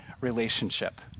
relationship